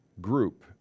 group